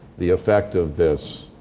the effect of this.